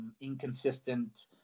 inconsistent